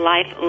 Life